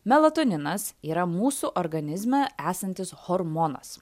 melatoninas yra mūsų organizme esantis hormonas